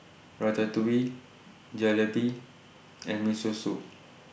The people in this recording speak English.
Ratatouille Jalebi and Miso Soup